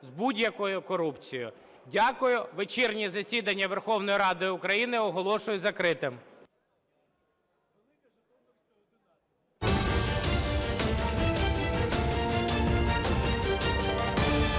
Дякую. Вечірнє засідання Верховної Ради України оголошую закритим.